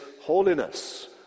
holiness